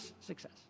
success